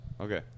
Okay